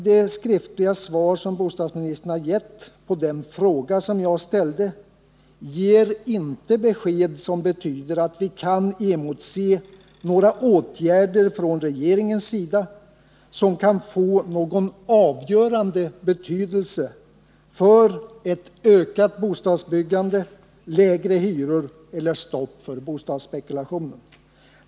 Det svar som bostadsministern har givit på den fråga jag ställde lämnar inte ett besked som betyder att vi kan emotse några sådana åtgärder från regeringens sida som kan få någon avgörande betydelse för ett ökat bostadsbyggande, lägre hyror eller stopp för bostadsspekulationen.